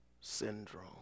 syndrome